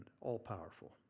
All-powerful